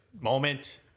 Moment